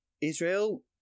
Israel